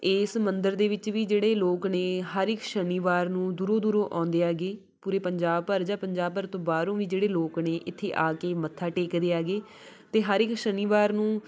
ਇਸ ਮੰਦਰ ਦੇ ਵਿੱਚ ਵੀ ਜਿਹੜੇ ਲੋਕ ਨੇ ਹਰ ਇੱਕ ਸ਼ਨੀਵਾਰ ਨੂੰ ਦੂਰੋਂ ਦੂਰੋਂ ਆਉਂਦੇ ਹੈਗੇ ਪੂਰੇ ਪੰਜਾਬ ਭਰ ਜਾਂ ਪੰਜਾਬ ਭਰ ਤੋਂ ਬਾਹਰੋਂ ਵੀ ਜਿਹੜੇ ਲੋਕ ਨੇ ਇੱਥੇ ਆ ਕੇ ਮੱਥਾ ਟੇਕਦੇ ਹੈਗੇ ਅਤੇ ਹਰ ਇੱਕ ਸ਼ਨੀਵਾਰ ਨੂੰ